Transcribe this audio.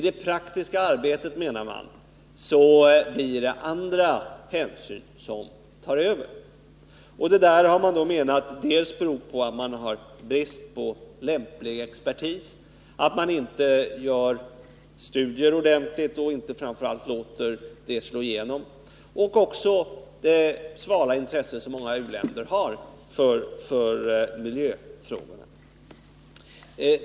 Där tar, säger man, andra hänsyn över. Man menar att detta beror på att det är brist på lämplig expertis, att det inte görs ordentliga studier och framför allt att resultaten inte får slå igenom. Vidare nämns det svala intresset i u-länderna för miljöfrågor.